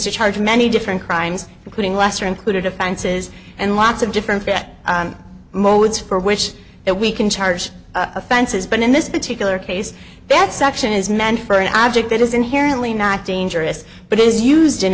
to charge many different crimes including lesser included offenses and lots of different threat modes for wish that we can charge offenses but in this particular case that section is meant for an object that is inherently not dangerous but is used in